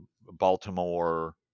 Baltimore